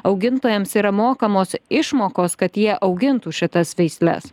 augintojams yra mokamos išmokos kad jie augintų šitas veisles